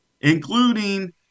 including